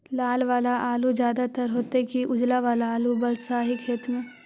लाल वाला आलू ज्यादा दर होतै कि उजला वाला आलू बालुसाही खेत में?